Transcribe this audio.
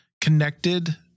connected